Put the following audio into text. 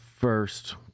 first